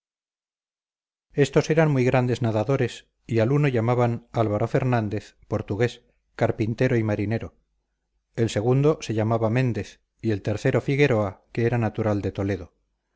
estos eran muy grandes nadadores y al uno llamaban álvaro fernández portugués carpintero y marinero el segundo se llamaba méndez y el tercero figueroa que era natural de toledo